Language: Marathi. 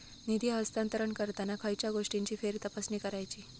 निधी हस्तांतरण करताना खयच्या गोष्टींची फेरतपासणी करायची?